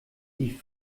die